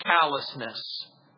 callousness